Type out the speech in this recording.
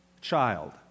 child